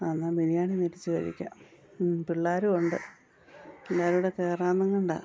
എന്നാൽ ബിരിയാണി മേടിച്ച് കഴിക്കാം പിള്ളേരും ഉണ്ട് പിള്ളേരിവിടെ കയറാന്നും കൊണ്ടാ